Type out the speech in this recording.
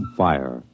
fire